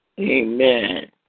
Amen